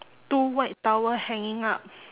two white towel hanging up